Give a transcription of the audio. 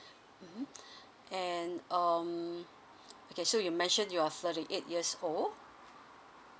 mmhmm and um okay so you mentioned you are thirty eight years old